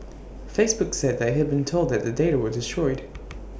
Facebook said IT had been told that the data were destroyed